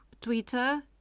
Twitter